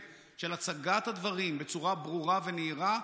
של הצגת הדברים בצורה ברורה ונהירה,